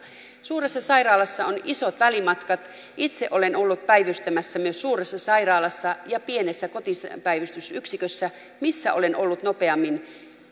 suuressa sairaalassa on isot välimatkat itse olen ollut päivystämässä suuressa sairaalassa ja pienessä kotipäivystysyksikössä missä olen ollut